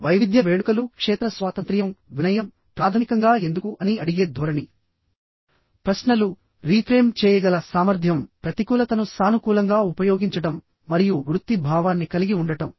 వైవిధ్య వేడుకలు క్షేత్ర స్వాతంత్ర్యం వినయం ప్రాథమికంగా ఎందుకు అని అడిగే ధోరణి ప్రశ్నలు రీఫ్రేమ్ చేయగల సామర్థ్యం ప్రతికూలతను సానుకూలంగా ఉపయోగించడం మరియు వృత్తి భావాన్ని కలిగి ఉండటం